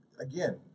again